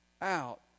out